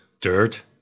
Dirt